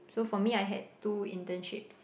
so for me I had two internships